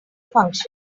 functions